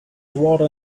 water